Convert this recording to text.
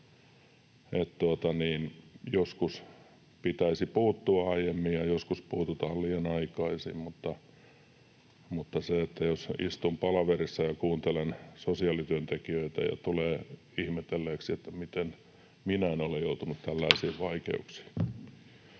joskus pitäisi puuttua aiemmin ja joskus puututaan liian aikaisin. Mutta se, että istun palaverissa ja kuuntelen sosiaalityöntekijöitä ja tulen ihmetelleeksi, miten minä en ole joutunut tällaisiin vaikeuksiin...